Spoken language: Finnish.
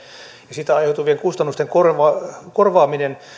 ja siitä aiheutuvien kustannusten korvaaminen korvaaminen